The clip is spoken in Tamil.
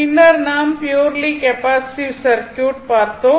பின்னர் நாம் ப்யுர்லி கெப்பாசிட்டிவ் சர்க்யூட் பார்த்தோம்